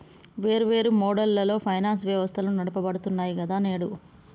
వేర్వేరు మోడళ్లలో ఫైనాన్స్ వ్యవస్థలు నడపబడుతున్నాయి గదా నేడు